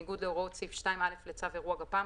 בניגוד להוראות סעיף 2(א) לצו אירוע גפ"מ